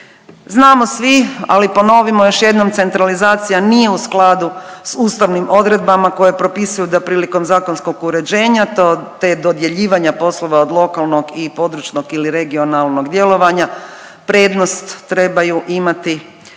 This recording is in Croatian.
Znamo svi ali ponovimo još jednom centralizacija nije u skladu s ustavnim odredbama koje propisuju da prilikom zakonskom uređenja te dodjeljivanja poslova od lokalnog i područnog ili regionalnog djelovanja, prednost trebaju imati tijela